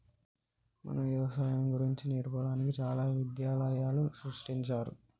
మన యవసాయం గురించి నేర్పడానికి చాలా విద్యాలయాలు సృష్టించారు